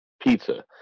pizza